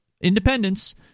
independence